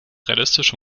realistisch